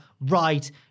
right